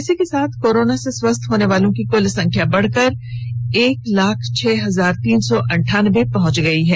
इसी के साथ कोरोना से स्वस्थ होनेवालों की कल संख्या बढकर एक लाख छह हजार तीन सौ अंठानवे पहुंच गई है